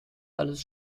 alles